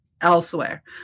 elsewhere